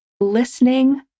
listening